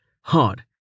hard